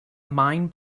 mind